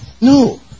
No